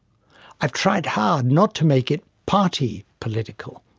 i have tried hard not to make it party political.